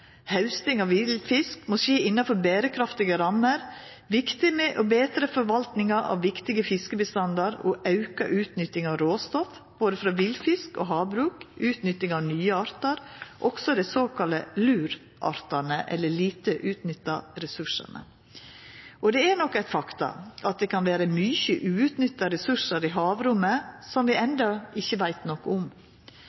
Hausting av villfisk må skje innanfor berekraftige rammer, og det er viktig med betre forvalting av viktige fiskebestander, auka utnytting av råstoff frå både villfisk og havbruk og utnytting av nye artar, også dei såkalla LUR-artane – dei lite utnytta ressursane. Det er nok eit faktum at det kan vera mange uutnytta ressursar i havrommet som vi